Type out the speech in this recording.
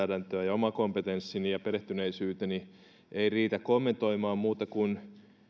oma kompetenssini ja perehtyneisyyteni eivät riitä kommentoimaan muuta kuin